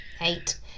eight